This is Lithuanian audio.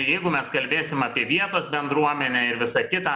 jeigu mes kalbėsim apie vietos bendruomenę ir visa kita